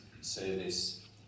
service